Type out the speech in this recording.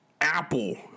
Apple